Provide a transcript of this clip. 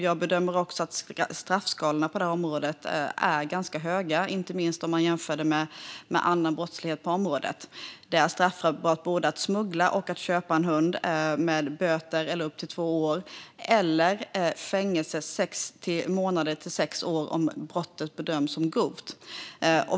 Jag bedömer också att straffskalorna på det här området är ganska höga, inte minst om man jämför med annan brottslighet på området. Det är straffbart både att smuggla och att köpa en hund med böter eller fängelse upp till två år eller fängelse i mellan sex månader och sex år om brottet bedöms som grovt.